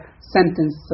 sentence